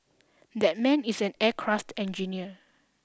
that man is an aircraft engineer